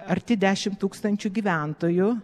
arti dešim tūkstančių gyventojų